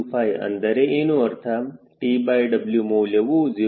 25 ಅಂದರೆ ಏನು ಅರ್ಥ TW ಮೌಲ್ಯವು 0